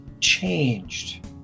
changed